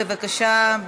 בבקשה,